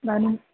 इदानीम्